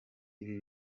ibi